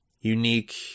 unique